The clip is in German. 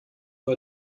bei